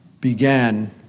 began